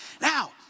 Now